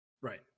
Right